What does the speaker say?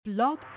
Blog